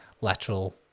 lateral